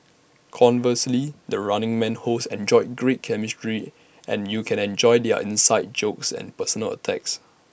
conversely the running man hosts enjoy great chemistry and you can enjoy their inside jokes and personal attacks